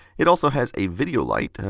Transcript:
it also has a video light,